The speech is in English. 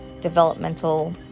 developmental